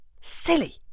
silly